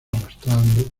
arrastrando